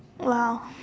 !wow!